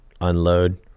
unload